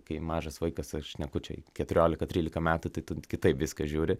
kai mažas vaikas ar šnekučiai keturiolika trylika metų tai tu kitaip viską žiūri